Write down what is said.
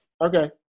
Okay